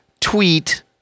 tweet